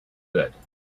good